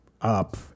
up